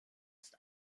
ist